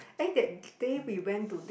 eh that day we went to d~